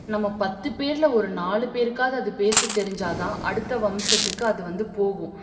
நம்ம பத்து பேரில் ஒரு நாலு பேருக்காவது அது பேசத் தெரிஞ்சால் தான் அடுத்த வம்சத்துக்கு வந்து அது வந்து போகும்